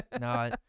No